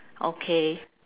okay